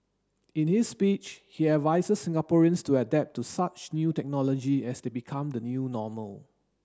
in his speech he advises Singaporeans to adapt to such new technology as they become the new normal